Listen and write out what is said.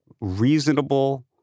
Reasonable